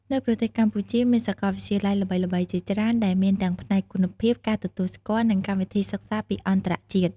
នៅប្រទេសកម្ពុជាមានសាកលវិទ្យាល័យល្បីៗជាច្រើនដែលមានទាំងផ្នែកគុណភាព ការទទួលស្គាល់ និងកម្មវិធីសិក្សាពីអន្តរជាតិ។